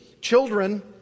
Children